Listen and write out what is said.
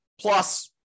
plus